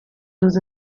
uso